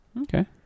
Okay